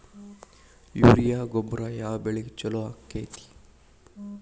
Urea ಗೊಬ್ಬರ ಯಾವ ಬೆಳಿಗೆ ಛಲೋ ಆಕ್ಕೆತಿ?